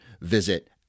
visit